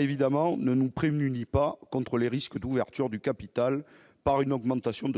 Évidemment, cela ne nous prémunit pas contre les risques d'ouverture du capital par son augmentation,